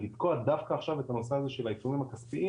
לתקוע דווקא עכשיו את הנושא הזה של העיצומים הכספיים